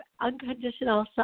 unconditional